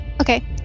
Okay